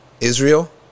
Israel